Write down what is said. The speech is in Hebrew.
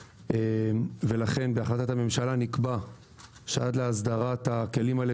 לכן בהחלטת הממשלה נקבע שעד להסדרת הכלים האלה